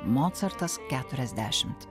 mocartas keturiasdešimt